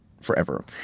forever